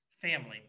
Family